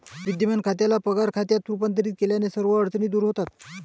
विद्यमान खात्याला पगार खात्यात रूपांतरित केल्याने सर्व अडचणी दूर होतात